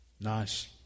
nice